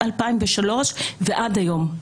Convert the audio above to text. זה משנת 2003 ועד היום.